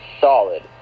solid